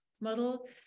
model